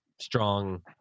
strong